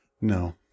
No